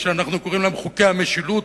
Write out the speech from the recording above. מה שאנחנו קוראים לו "חוקי המשילות",